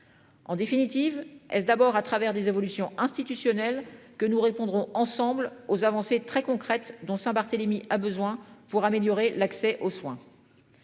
En définitive, est d'abord à travers des évolutions institutionnelles que nous répondrons ensemble aux avancées très concrètes dont Barthélémy a besoin pour améliorer l'accès aux soins.